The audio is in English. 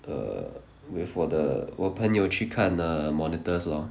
err with 我的我朋友去看 err monitors lor